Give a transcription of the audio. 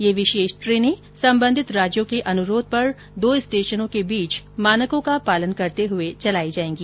ये विशेष ट्रेने संबंधित राज्यों के अनुरोध पर दो स्टेशनों के बीच मानकों का पालन करते हुए चलायी जाएगी